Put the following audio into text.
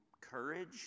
courage